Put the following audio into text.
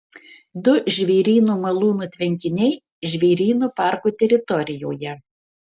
du žvėryno malūno tvenkiniai žvėryno parko teritorijoje